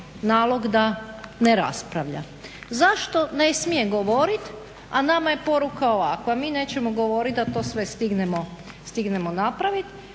nalog da ne raspravlja. Zašto ne smije govoriti, a nama je poruka ovakva mi nećemo govoriti da to sve stignemo napraviti,